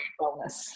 wellness